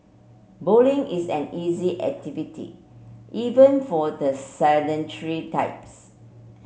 bowling is an easy activity even for the sedentary types